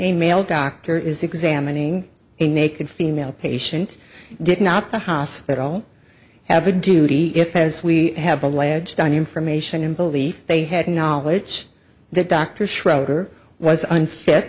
a male doctor is examining a naked female patient did not the hospital have a duty if as we have alleged on information and belief they had knowledge that dr schroeder was un